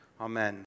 Amen